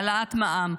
העלאת מע"מ,